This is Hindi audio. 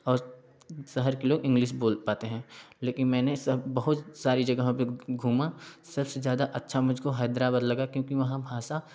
और शहर के लोग इंग्लिस बोल पाते हैं लेकिन मैंने सब बहुत सारी जगहों पर घूमा सबसे ज़्यादा अच्छा मुझको हैदराबाद लगा क्योंकि वहाँ भाषा